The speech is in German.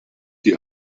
die